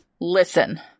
Listen